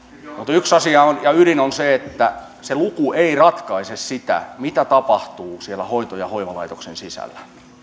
yksi asia ja ydin on se että se luku ei ratkaise sitä mitä tapahtuu siellä hoito ja hoivalaitoksen sisällä